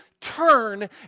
turn